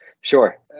Sure